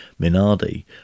Minardi